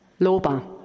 Loba